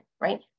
right